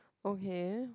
okay